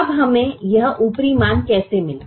अब हमें यह ऊपरी अनुमान कैसे मिला